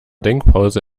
denkpause